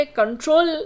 control